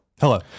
Hello